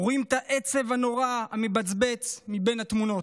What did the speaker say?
רואים את העצב הנורא המבצבץ מבין התמונות.